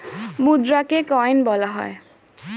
মুদ্রাকে coin বলা হয়